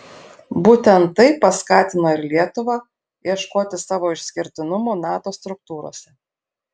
būtent tai paskatino ir lietuvą ieškoti savo išskirtinumų nato struktūrose